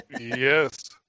Yes